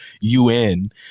UN